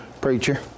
preacher